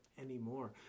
anymore